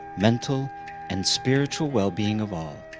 mental and spiritual well-being of all.